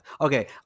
okay